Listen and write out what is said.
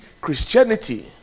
Christianity